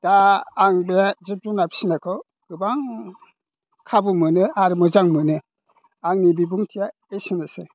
दा आं बे जुनाद फिसिनायखौ गोबां खाबु मोनो आरो मोजां मोनो आंनि बिबुंथिया एसेनोसै